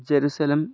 Jerusalem